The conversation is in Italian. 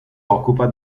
occupa